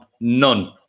none